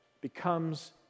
becomes